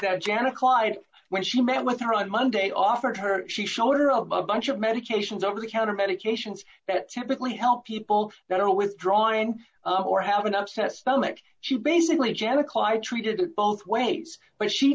that janet client when she met with her on monday offered her she showed are a bunch of medications over the counter medications that typically help people that are withdrawing or have an upset stomach she basically jenna clyde treated it both ways but she